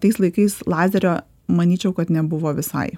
tais laikais lazerio manyčiau kad nebuvo visai